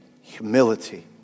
humility